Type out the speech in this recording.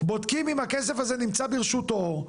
בודקים אם הכסף הזה נמצא ברשותו,